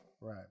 Right